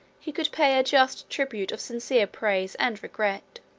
he could pay a just tribute of sincere praise and regret.